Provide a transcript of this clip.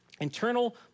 internal